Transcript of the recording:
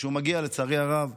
כשהוא מגיע, לצערי הרב,